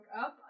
up